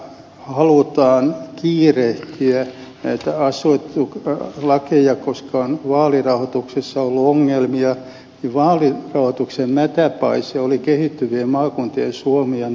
jos puhutaan siitä että halutaan kiirehtiä lakeja koska on vaalirahoituksessa ollut ongelmia niin vaalirahoituksen mätäpaise olivat kehittyvien maakuntien suomi ja nova group